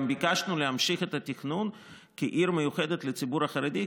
גם ביקשנו להמשיך את התכנון כעיר מיוחדת לציבור החרדי,